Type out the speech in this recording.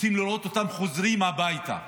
רוצים לראות אותם חוזרים הביתה.